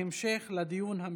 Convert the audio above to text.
בהמשך לדיון המשולב.